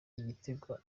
igitego